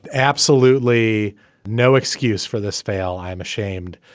absolutely no excuse for this fail. i am ashamed.